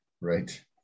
right